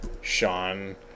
sean